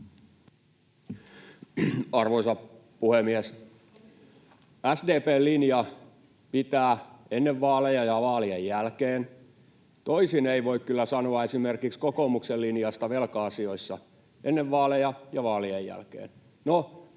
Arvoisa puhemies! SDP:n linja pitää ennen vaaleja ja vaalien jälkeen. Toisin ei voi kyllä sanoa esimerkiksi kokoomuksen linjasta velka-asioissa ennen vaaleja ja vaalien jälkeen.